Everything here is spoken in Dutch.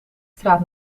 straat